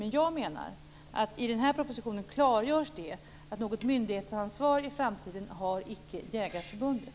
Men jag menar att i propositionen klargörs det att något myndighetsansvar i framtiden har icke Jägareförbundet.